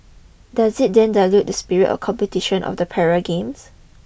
does it then dilute the spirit of competition of the Para Games